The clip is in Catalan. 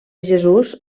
jesús